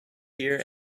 here